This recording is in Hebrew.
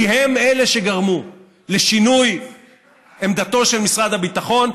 כי הם אלה שגרמו לשינוי עמדתו של משרד הביטחון.